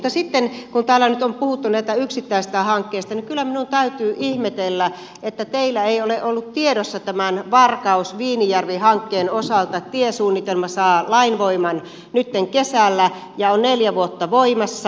mutta sitten kun täällä nyt on puhuttu näistä yksittäisistä hankkeista niin kyllä minun täytyy ihmetellä että teillä ei ole ollut tiedossa tämän varkausviinijärvi hankkeen osalta että tiesuunnitelma saa lainvoiman nyt kesällä ja on neljä vuotta voimassa